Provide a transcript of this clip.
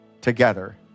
together